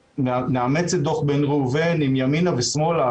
נאמץ את דוח בן ראובן עם ימינה ושמאלה,